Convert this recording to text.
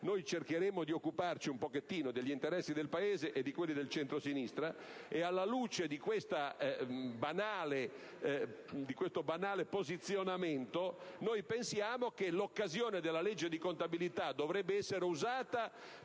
Noi cercheremo di occuparci un pochettino degli interessi del Paese e di quelli del centrosinistra e, alla luce di questo banale posizionamento, pensiamo che l'occasione della legge di contabilità dovrebbe essere usata